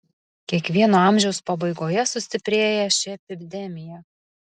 kiekvieno amžiaus pabaigoje sustiprėja ši epidemija